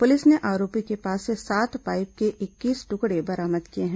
police ने आरोपी के पास से सात पाईप के इक्कीस टुकड़े बरामद किए हैं